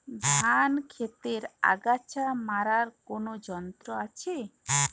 ধান ক্ষেতের আগাছা মারার কোন যন্ত্র আছে?